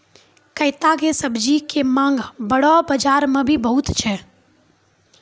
कैता के सब्जी के मांग बड़ो बाजार मॅ भी बहुत छै